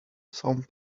some